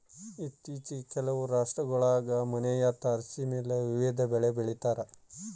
ಇತ್ತೀಚಿಗೆ ಕೆಲವು ರಾಷ್ಟ್ರಗುಳಾಗ ಮನೆಯ ತಾರಸಿಮೇಲೆ ವಿವಿಧ ಬೆಳೆ ಬೆಳಿತಾರ